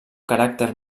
caràcter